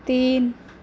تین